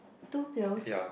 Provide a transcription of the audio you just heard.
two pills